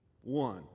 One